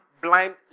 blind